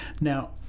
Now